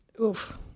Oof